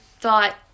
thought